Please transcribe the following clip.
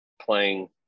playing